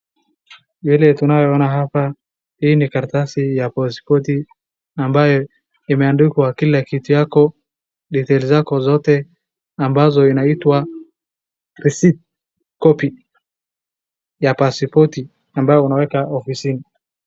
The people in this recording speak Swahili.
Vile tunaye ona hapa hii ni karatasi ya pasipoti ambaye imeandikwa kila kitu yako, detail zako zote ambazo inaaitwa receipt copy ya pasipti ambayo unaweka ofisini.